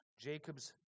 Jacob's